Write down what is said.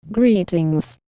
greetings